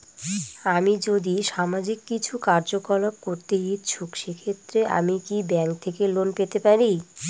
আমি যদি সামাজিক কিছু কার্যকলাপ করতে ইচ্ছুক সেক্ষেত্রে আমি কি ব্যাংক থেকে লোন পেতে পারি?